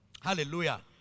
Hallelujah